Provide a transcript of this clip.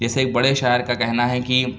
جیسے ایک بڑے شاعر کا کہنا ہے کہ